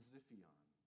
Ziphion